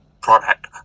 product